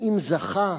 "ואם זכה,